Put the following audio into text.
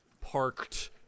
parked